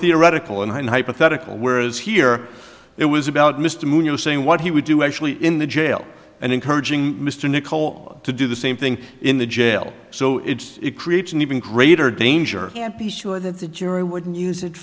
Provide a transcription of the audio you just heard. theoretical and hypothetical whereas here it was about mr munoz saying what he would do actually in the jail and encouraging mr nicolle to do the same thing in the jail so it's it creates an even greater danger can't be sure that the jury wouldn't use it